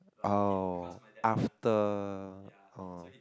oh after oh